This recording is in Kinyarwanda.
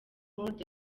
world